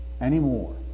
anymore